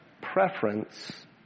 preference